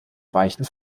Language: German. weichen